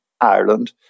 Ireland